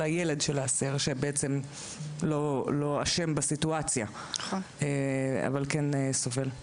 הילד של האסיר שלא אשם בסיטואציה אבל כן סובל.